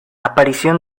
aparición